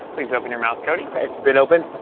please open your mouth, cody. it's been open.